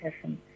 person